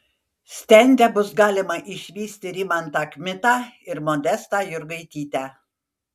stende bus galima išvysti rimantą kmitą ir modestą jurgaitytę